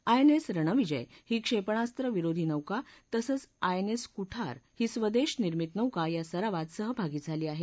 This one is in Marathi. आयएनएस रणविजय ही क्षेपणास्त्र विरोधी नौका तसंच आयएनएस कुठार ही स्वदेश निर्मित नौका या सरावात सहभागी झाली आहे